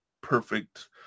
perfect